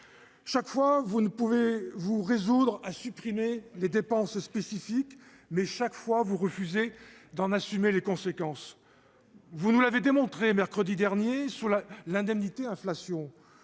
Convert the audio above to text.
chaque fois, vous ne pouvez pas vous résoudre à supprimer des dépenses spécifiques, mais, à chaque fois, vous refusez d'en assumer les conséquences. Vous nous l'avez encore démontré mercredi dernier au sujet de l'indemnité inflation.